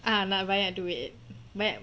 ah nak banyak duit banyak